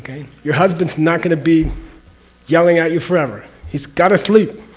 your husband's not going to be yelling at you forever. he's got to sleep.